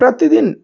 प्रतिदिन